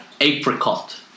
Apricot